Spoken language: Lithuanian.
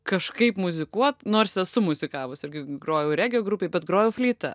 kažkaip muzikuot nors esu muzikavusi irgi grojau regio grupėj bet grojau fleita